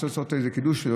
רוצה לעשות איזה קידוש.